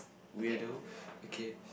weirdo okay